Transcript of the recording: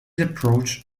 approach